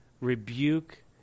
rebuke